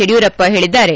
ಯಡಿಯೂರಪ್ಪ ಹೇಳಿದ್ದಾರೆ